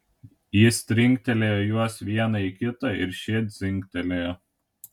jis trinktelėjo juos vieną į kitą ir šie dzingtelėjo